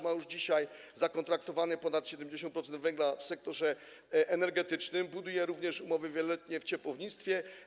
Ma już dzisiaj zakontraktowane ponad 70% węgla w sektorze energetycznym, buduje również umowy wieloletnie, jeśli chodzi o ciepłownictwo.